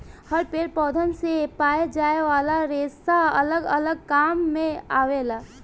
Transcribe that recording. हर पेड़ पौधन से पाए जाये वाला रेसा अलग अलग काम मे आवेला